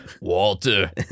Walter